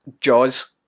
Jaws